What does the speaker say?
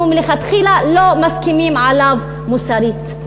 מלכתחילה לא מסכימים עליו מוסרית?